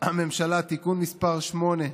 הממשלה (תיקון מס' 8)